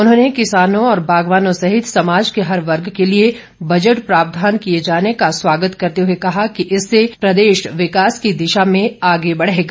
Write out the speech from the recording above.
उन्होंने किसानों और बागवानों सहित समाज के हर वर्ग के लिए बजट प्रावधान किए जाने का स्वागत करते हुए कहा कि इससे प्रदेश विकास की दिशा में आगे बढ़ेगा